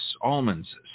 almonds